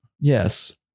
Yes